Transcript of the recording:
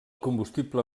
combustible